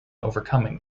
overcoming